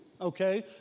okay